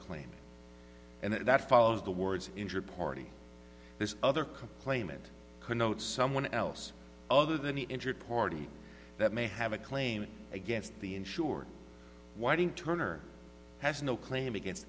claim and that follows the words injured party this other complainant connotes someone else other than the injured party that may have a claim against the insured why did turner has no claim against